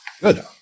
Good